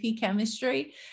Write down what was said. chemistry